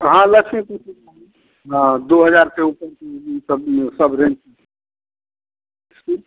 हाँ लक्ष्मीपति हाँ दो हज़ार से ऊपर की सब सब रेन्ज की इसमें